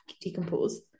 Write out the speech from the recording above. decompose